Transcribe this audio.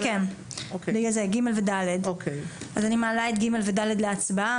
אז אני מעלה את (ג) ו-(ד) להצבעה.